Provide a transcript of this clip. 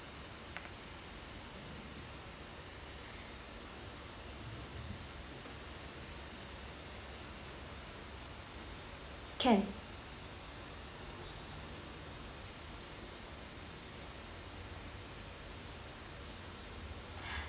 can